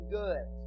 good